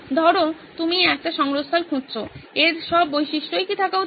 ধরো তুমি একটি সংগ্রহস্থল খুঁজছো এর সব বৈশিষ্ট্যই কি থাকা উচিত